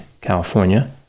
California